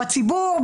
בציבור,